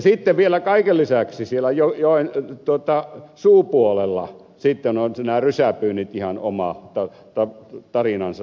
sitten vielä kaiken lisäksi siellä joen suupuolella ovat nämä rysäpyynnit ihan oma tarinansa